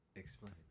Explain